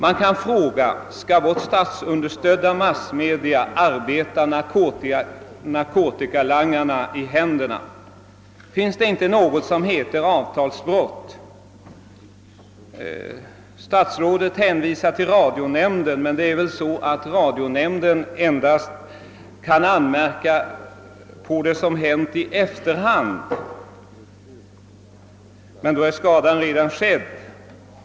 Man kan fråga om vårt statsunderstödda massmedium skall arbeta narkotikalangarna i händerna. Finns det inte något som heter avtalsbrott? Statsrådet hänvisar till radionämnden, men denna kan väl endast i efterhand anmärka på ett program. Då är skadan redan skedd.